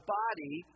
body